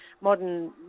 modern